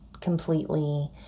completely